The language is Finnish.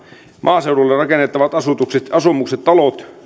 maaseudulle rakennettavat asumukset asumukset talot